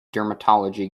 dermatology